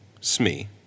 Smee